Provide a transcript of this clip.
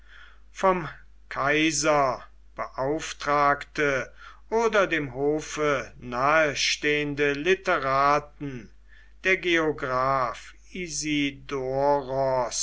vom kaiser beauftragte oder dem hofe nahestehende literaten der geograph isidoros